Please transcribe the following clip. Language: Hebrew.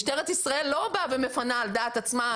משטרת ישראל לא באה ומפנה על דעת עצמה,